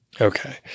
okay